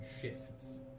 shifts